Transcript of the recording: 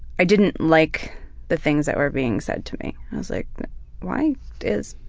i didn't like the things that were being said to me. i was like why is